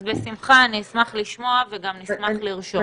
אז בשמחה אני אשמח לשמוע וגם נשמח לרשום.